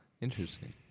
Interesting